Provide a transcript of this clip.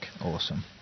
Awesome